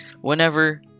Whenever